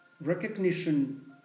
recognition